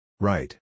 Right